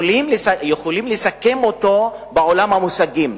יכולים לסכם אותו בעולם המושגים.